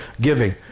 giving